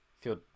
Feel